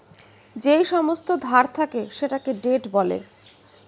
যেই সমস্ত ধার থাকে সেটাকে ডেট বলে